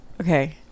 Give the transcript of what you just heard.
Okay